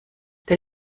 der